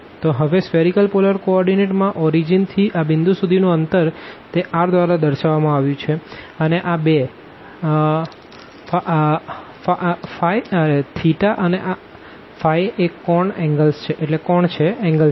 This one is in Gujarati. તો હવે સ્ફીઅરીકલ પોલર કો ઓર્ડીનેટ માં ઓરીજીનથી આ પોઈન્ટ સુધીનું અંતર તે r દ્વારા દર્શાવવામાં આવ્યું છે અને આ બે અને એ એન્ગલ છે